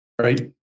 right